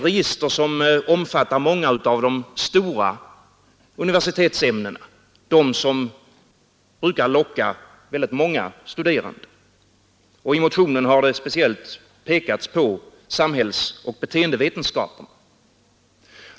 Hit hör många av de stora universitetsämnena, de som brukar locka många studerande. I motionen har man speciellt pekat på samhällsoch beteendevetenskaperna.